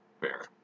Fair